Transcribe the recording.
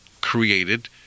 created